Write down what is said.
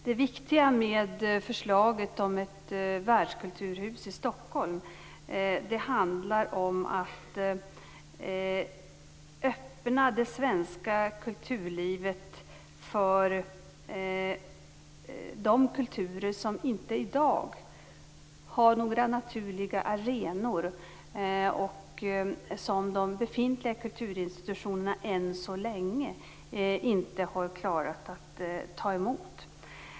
Det viktiga med förslaget om ett världskulturhus i Stockholm handlar om att öppna det svenska kulturlivet för de kulturer som inte i dag har några naturliga arenor och som de befintliga institutionerna än så länge inte har klarat att ta emot.